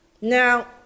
Now